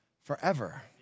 forever